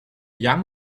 young